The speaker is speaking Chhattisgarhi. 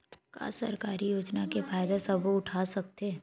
का सरकारी योजना के फ़ायदा सबो उठा सकथे?